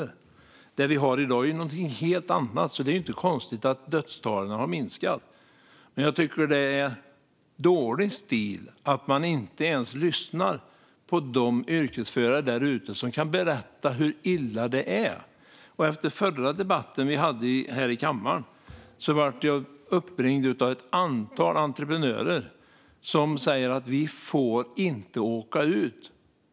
De bilar vi har i dag är något helt annat. Det är inte konstigt att dödstalen har minskat. Jag tycker att det är dålig stil att man inte ens lyssnar på de yrkesförare som kan berätta hur illa det är där ute. Efter den förra debatt som vi hade här i kammaren blev jag uppringd av ett antal entreprenörer som sa: Vi får inte åka ut.